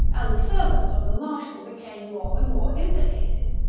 and the servants of the marshal became more and more implicated.